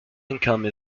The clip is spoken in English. income